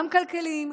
גם כלכליים,